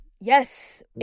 Yes